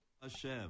Hashem